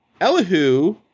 Elihu